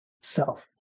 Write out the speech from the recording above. self